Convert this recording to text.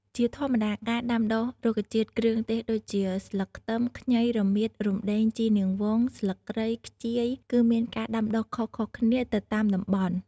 ជាធម្មតាការដាំដុះរុក្ខជាតិគ្រឿងទេសដូចជា ស្លឹកគ្រៃ ខ្ញី រមៀត រំដេង ជីរនាងវង ស្លឹកគ្រៃ ខ្ជាយ គឺមានការដាំដុះខុសៗគ្នាទៅតាមតំបន់។